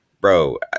Bro